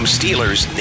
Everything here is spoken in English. Steelers